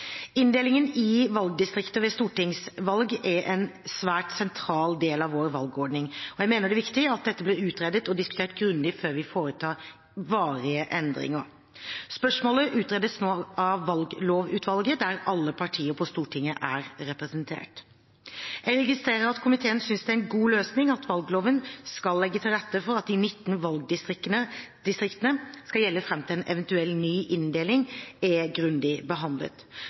Inndelingen i valgdistrikter ved stortingsvalg er en svært sentral del av vår valgordning, og jeg mener det er viktig at dette blir utredet og diskutert grundig før vi foretar varige endringer. Spørsmålet utredes nå av Valglovutvalget, der alle partier på Stortinget er representert. Jeg registrerer at komiteen synes det er en god løsning at valgloven skal legge til rette for at de 19 valgdistriktene skal gjelde fram til en eventuell ny inndeling er grundig behandlet.